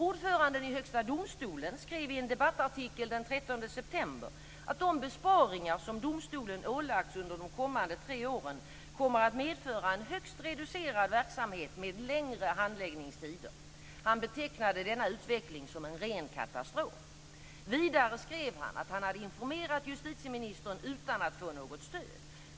Ordföranden i Högsta domstolen skrev i en debattartikel den 13 september att de besparingar som domstolen ålagts under de kommande tre åren kommer att medföra en högst reducerad verksamhet med längre handläggningstider. Han betecknade denna utveckling som en ren katastrof. Vidare skrev han att han hade informerat justitieministern utan att få något stöd.